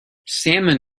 salmon